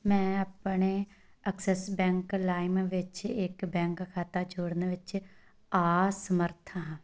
ਮੈਂ ਆਪਣੇ Axis bank lime ਵਿੱਚ ਇੱਕ ਬੈਂਕ ਖਾਤਾ ਜੋੜਨ ਵਿੱਚ ਅਸਮਰੱਥ ਹਾਂ